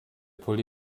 pulli